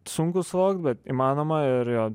sunku suvokt bet įmanoma ir jo